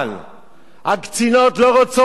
הקצינות לא רוצות, הן רועדות.